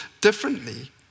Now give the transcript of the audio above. differently